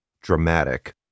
dramatic